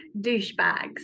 douchebags